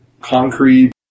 concrete